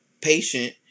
patient